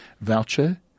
voucher